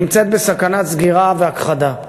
נמצאת בסכנת סגירה והכחדה.